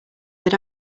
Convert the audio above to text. that